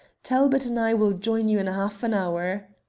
talbot and i will join you in half an hour.